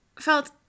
felt